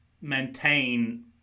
maintain